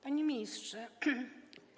Panie Ministrze!